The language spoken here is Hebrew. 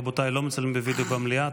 רבותיי, לא מצלמים בווידיאו במליאה.